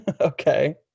Okay